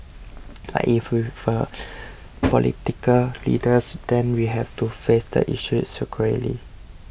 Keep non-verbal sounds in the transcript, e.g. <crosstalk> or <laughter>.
<noise> but if we are <noise> political leaders then we have to face the issue squarely